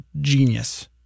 genius